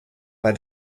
bei